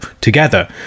together